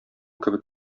кебек